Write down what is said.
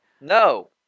No